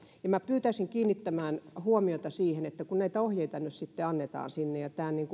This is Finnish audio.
minä pyytäisin kiinnittämään huomiota siihen että kun näitä soveltamisohjeita nyt sitten annetaan niin